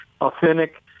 authentic